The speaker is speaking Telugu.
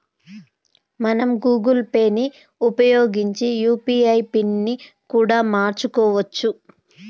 మనం గూగుల్ పే ని ఉపయోగించి యూ.పీ.ఐ పిన్ ని కూడా మార్చుకోవచ్చు